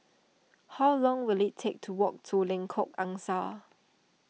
how long will it take to walk to Lengkok Angsa